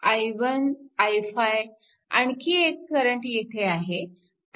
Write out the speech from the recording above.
i1 i5 आणखी एक current येथे आहे